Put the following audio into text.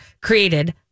created